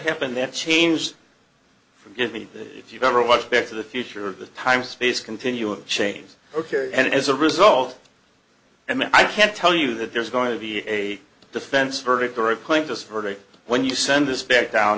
happened that changed forgive me if you've ever watched back to the future of the time space continuum changed ok and as a result and i can't tell you that there's going to be a defense verdict or a claim just verdict when you send this back down